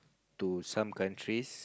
to some countries